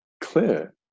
clear